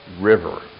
River